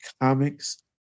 comics